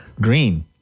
Green